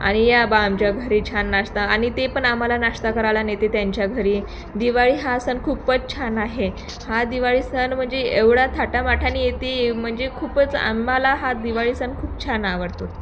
आणि या बाबा आमच्या घरी छान नाश्ता आणि ते पण आम्हाला नाश्ता करायला नेते त्यांच्या घरी दिवाळी हा सण खूपच छान आहे हा दिवाळी सण म्हणजे एवढा थाटामाटाने येते म्हणजे खूपच आम्हाला हा दिवाळी सण खूप छान आवडतो